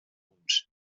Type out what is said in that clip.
punts